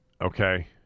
okay